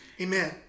Amen